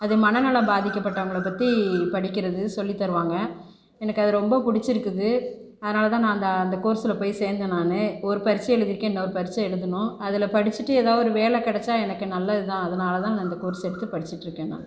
அது மனநலம் பாதிக்கப்பட்டவங்களை பற்றி படிக்கிறது சொல்லி தருவாங்கள் எனக்கு அது ரொம்ப பிடிச்சிருக்குது அதனால் தான் நான் அந்த அந்த கோர்ஸில் போய் சேர்ந்த நானும் ஒரு பரீட்சை எழுதிருக்கேன் இன்னொரு பரீட்சை எழுதணும் அதில் படிச்சுட்டு ஏதாவது ஒரு வேலை கிடைச்சா எனக்கு நல்லது தான் அதனால் தான் நான் அந்த கோர்சை எடுத்து படிச்சுட்டுருக்கேன் நான்